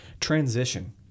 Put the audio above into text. transition